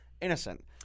innocent